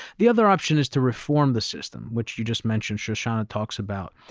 the other option is to reform the system, which you just mentioned shoshana talks about.